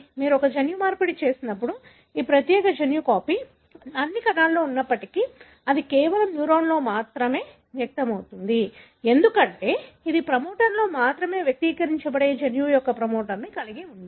మీరు ఒక జన్యుమార్పిడి చేసినప్పుడు ఈ ప్రత్యేక జన్యు కాపీ అన్ని కణాలలో ఉన్నప్పటికీ అది కేవలం న్యూరాన్లో మాత్రమే వ్యక్తమవుతుంది ఎందుకంటే ఇది ప్రమోటర్లో మాత్రమే వ్యక్తీకరించబడే జన్యువు యొక్క ప్రమోటర్ను కలిగి ఉంది